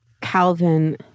Calvin